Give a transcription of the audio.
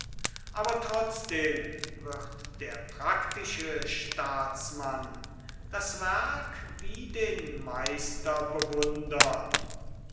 aber trotzdem wird der praktische staatsmann das werk wie den